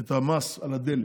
את המס על הדלק,